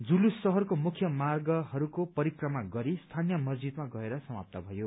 जुलुस शहरको मुख्य मार्गहरूको परिक्रमा गरी स्थानीय मस्जिदमा गएर समाप्त भयो